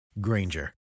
Granger